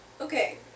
Okay